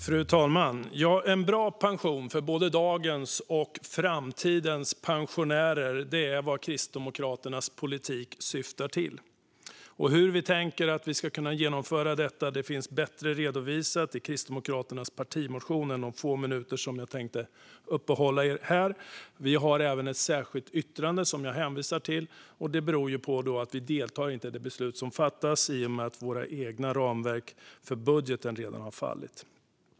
Fru talman! En bra pension för både dagens och framtidens pensionärer - det är vad Kristdemokraternas politik syftar till. Hur vi tänker att vi ska kunna genomföra detta redovisas bättre i Kristdemokraternas partimotion än vad jag kan göra under de få minuter som jag tänkte uppehålla er här. Vi har även ett särskilt yttrande som jag hänvisar till, och det beror på att vi inte deltar i det beslut som fattas i och med att våra egna ramverk för budgeten redan har fallit.